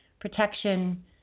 protection